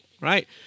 right